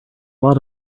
lot